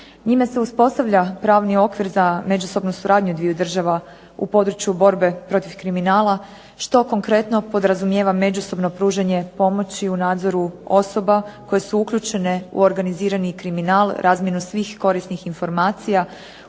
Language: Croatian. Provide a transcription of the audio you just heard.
Njime se uspostavlja pravni okvir za međusobnu suradnju dviju država u području borbe protiv kriminala što konkretno podrazumijeva međusobno pružanje pomoći u nadzoru osoba koje su uključene u organizirani kriminal, razmjenu svih korisnih informacija,